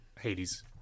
Hades